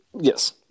Yes